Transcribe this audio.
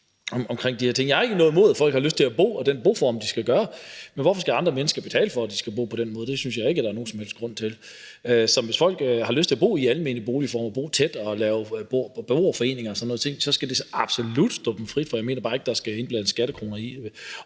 Jeg har ikke noget imod, at folk har lyst til at bo der og vælger den boform, men hvorfor skal andre mennesker betale for, at de skal bo på den måde? Det synes jeg ikke der er nogen som helst grund til. Så hvis folk har lyst til at bo i almene boliger og bo tæt og lave beboerforeninger og sådan nogle ting, skal det så absolut stå dem frit for. Jeg mener bare ikke, at der skal blandes skattekroner i